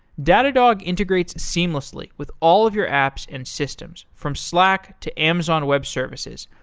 datadog integrates seamlessly with all of your apps and systems from slack, to amazon web services,